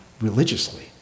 religiously